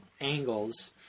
angles